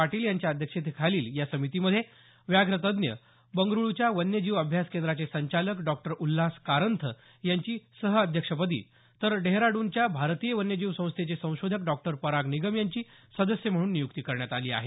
पाटील यांच्या अध्यक्षतेखालील या समितीमध्ये व्याघ्र तज्ज्ञ बंगरुळच्या वन्य जीव अभ्यास केंद्राचे संचालक डॉक्टर उल्हास कारंथ यांची सहअध्यक्षपदी तर डेहराड्रनच्या भारतीय वन्यजीव संस्थेचे संशोधक डॉक्टर पराग निगम यांची सदस्य म्हणून नियुक्ती करण्यात आली आहे